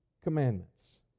commandments